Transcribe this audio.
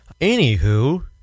Anywho